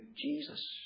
Jesus